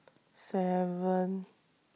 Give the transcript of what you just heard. seven